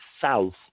south